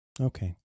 Okay